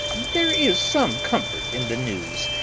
there is some comfort in the news,